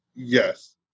Yes